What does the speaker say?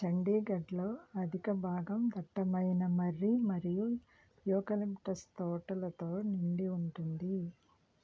చండీగడ్లో అదికబాగం దట్టమైన మర్రి మరియు యూకలిప్టస్ తోటలతో నిండి ఉంటుంది